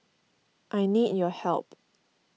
I need your help